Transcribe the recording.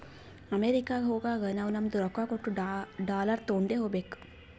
ಅಮೆರಿಕಾಗ್ ಹೋಗಾಗ ನಾವೂ ನಮ್ದು ರೊಕ್ಕಾ ಕೊಟ್ಟು ಡಾಲರ್ ತೊಂಡೆ ಹೋಗ್ಬೇಕ